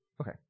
Okay